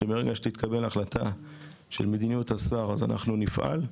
שברגע שתתקבל החלטה של מדיניות השר אז אנחנו נפעל.